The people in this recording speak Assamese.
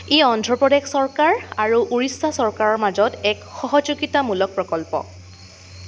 ই অন্ধ্ৰ প্ৰদেশ চৰকাৰ আৰু উৰিষ্যা চৰকাৰৰ মাজত এক সহযোগিতামূলক প্ৰকল্প